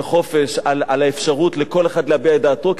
על האפשרות לכל אחד להביע את דעתו,